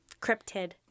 Cryptid